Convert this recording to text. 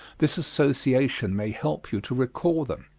this association may help you to recall them.